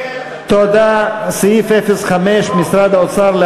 מטה משרד האוצר,